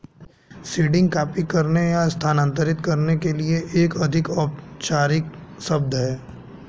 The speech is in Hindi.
सीडिंग कॉपी करने या स्थानांतरित करने के लिए एक अधिक औपचारिक शब्द है